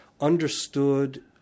understood